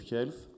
Health